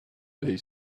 they